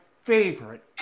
favorite